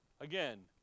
again